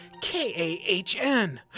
K-A-H-N